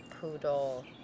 poodle